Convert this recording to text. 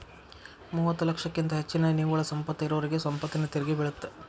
ಮೂವತ್ತ ಲಕ್ಷಕ್ಕಿಂತ ಹೆಚ್ಚಿನ ನಿವ್ವಳ ಸಂಪತ್ತ ಇರೋರಿಗಿ ಸಂಪತ್ತಿನ ತೆರಿಗಿ ಬೇಳತ್ತ